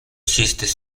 chistes